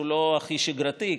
שהוא לא הכי שגרתי,